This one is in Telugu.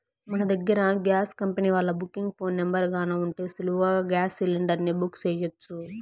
మన దగ్గర గేస్ కంపెనీ వాల్ల బుకింగ్ ఫోను నెంబరు గాన ఉంటే సులువుగా గేస్ సిలిండర్ని బుక్ సెయ్యొచ్చు